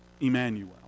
Emmanuel